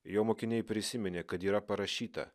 jo mokiniai prisiminė kad yra parašyta